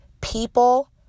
people